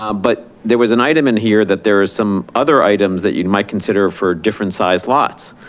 um but there was an item in here that there's some other items that you might consider for different size lots.